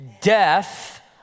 Death